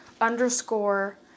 underscore